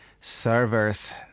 servers